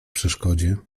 przeszkodzie